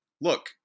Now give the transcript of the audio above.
look